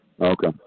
Okay